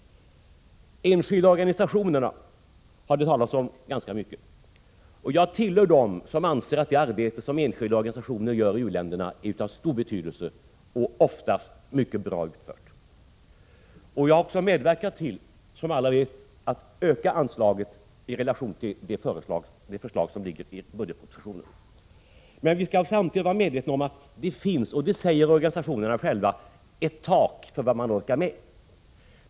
Enskilda organisationer har det talats om ganska mycket. Jag tillhör dem som anser att det arbete som enskilda organisationer utför i u-länderna är av stor betydelse och oftast mycket bra utfört. Jag har också medverkat till, som alla vet, att öka anslaget i förhållande till det förslag som finns i budgetpropositionen. Men vi skall samtidigt vara medvetna om — det säger också organisationerna själva — att det finns ett tak för vad man orkar med.